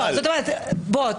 בוא,